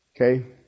Okay